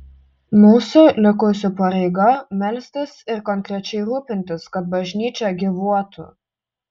mūsų likusių pareiga melstis ir konkrečiai rūpintis kad bažnyčia gyvuotų